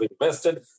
invested